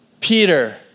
Peter